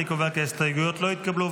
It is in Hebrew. אני קובע כי ההסתייגויות לא התקבלו.